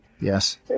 Yes